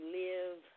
live